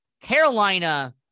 Carolina